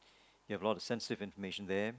you have a lot of sensitive information there